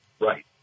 Right